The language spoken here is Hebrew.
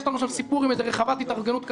יש לנו שם סיפור עם איזו רחבת התארגנות קבלנים,